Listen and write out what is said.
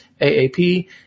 AAP